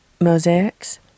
mosaics